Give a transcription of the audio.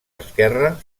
esquerra